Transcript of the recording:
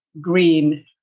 green